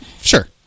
sure